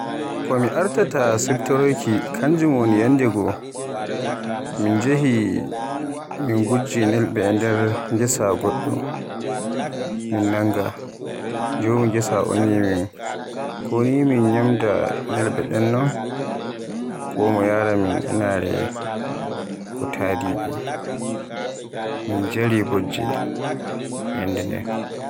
Komi artata siftoroyki kanjum woni yanndegoo min ngujjoy nelɓe e nder gessa goɗɗo, min nanga, joomu gessa wiyi min koni min nyamda nelɓe den non ko mo yaraa min inaare taadiɓe. Min njari bojji yannde den.